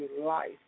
life